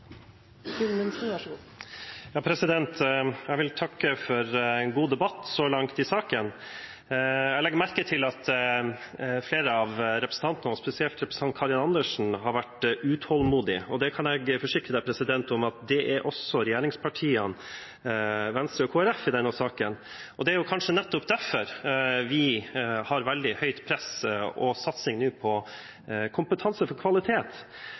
Jeg vil takke for en god debatt så langt i saken. Jeg legger merke til at flere av representantene, og spesielt representanten Karin Andersen, har vært utålmodig, og jeg kan forsikre om at det er også regjeringspartiene, Venstre og Kristelig Folkeparti i denne saken, og det er kanskje nettopp derfor vi nå har veldig høyt press og satsing på «Kompetanse for kvalitet».